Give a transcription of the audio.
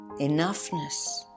enoughness